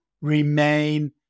remain